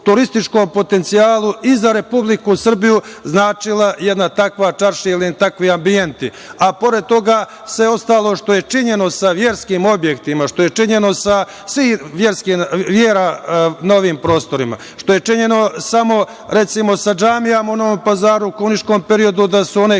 turističkom potencijalu i za Republiku Srbiju značila jedna takva čaršija ili takvi ambijenti. Pored toga, sve ostalo što je činjeno sa verskim objektima, što je činjeno sa svim verama na ovim prostorima, što je činjeno samo, recimo, sa džamijama u Novom Pazaru u komunističkom periodu, da su one